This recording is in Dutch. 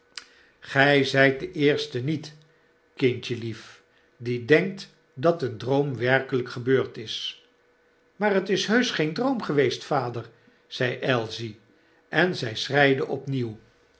grij zijt de eerste niet kindjelief die denkt dat een droom werkelyk gebeurd is maar het is heusch geen droom geweest vader zeide ailsie en zij schreide opnieuw